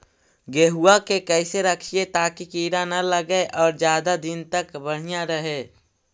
गेहुआ के कैसे रखिये ताकी कीड़ा न लगै और ज्यादा दिन तक बढ़िया रहै?